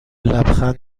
لبخند